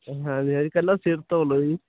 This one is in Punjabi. ਹਾਂਜੀ ਹਾਂਜੀ ਇਕੱਲਾ ਸਿਰ ਧੋ ਲਓ ਜੀ